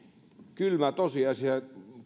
kylmä tosiasia